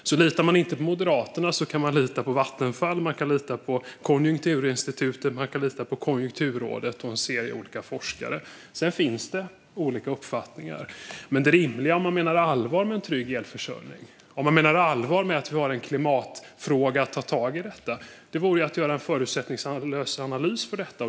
Litar man inte på Moderaterna man kan lita på Vattenfall, Konjunkturinstitutet, Konjunkturrådet och en serie olika forskare. Sedan finns det olika uppfattningar. Men det rimliga om man menar allvar med en trygg elförsörjning och att vi har en klimatfråga att ta tag i vore att göra en förutsättningslös analys.